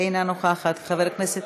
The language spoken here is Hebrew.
אינה נוכחת, חבר הכנסת,